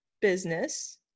business